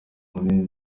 munini